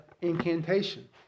incantation